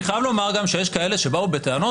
אני חייב לומר גם שיש כאלה שבאו בטענות